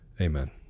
Amen